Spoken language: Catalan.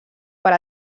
per